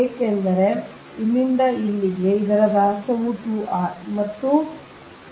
ಏಕೆಂದರೆ ಇಲ್ಲಿಂದ ಇಲ್ಲಿಗೆ r ಈ ವ್ಯಾಸವು 2 r ಮತ್ತು ಮತ್ತೆ ಇಲ್ಲಿಗೆ r ಆಗಿದೆ